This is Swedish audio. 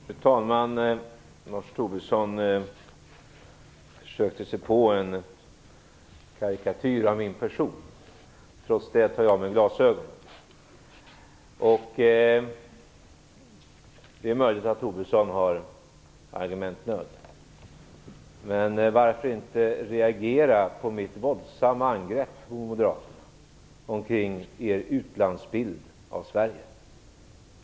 Fru talman! Lars Tobisson försökte göra en karikatyr av min person. Trots detta tar jag av mig glasögonen. Det är möjligt att Tobisson har argumentnöd. Men varför reagerar han inte mot mitt våldsamma angrepp på er moderater för er utlandsbild av Sverige?